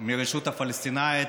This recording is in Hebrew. מהרשות הפלסטינית,